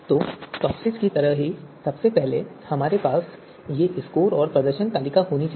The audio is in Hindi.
तो टॉपसिस की तरह ही सबसे पहले हमारे पास ये स्कोर और प्रदर्शन तालिका होनी चाहिए